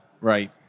Right